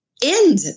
end